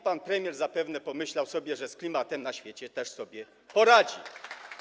Pan premier zapewne pomyślał sobie, że z klimatem na świecie też sobie poradzi.